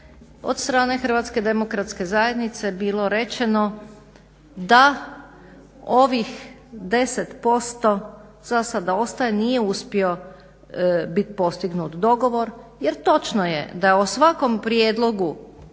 od strane HDZ-a bilo rečeno da ovih 10% za sada ostaje, nije uspio bit postignut dogovor jer točno je da je o svakom prijedlogu